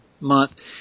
month